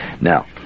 Now